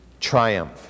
triumph